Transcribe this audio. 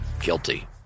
guilty